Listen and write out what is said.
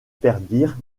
perdirent